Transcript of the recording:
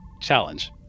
challenge